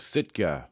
Sitka